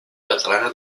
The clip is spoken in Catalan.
catalana